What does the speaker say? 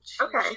Okay